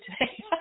today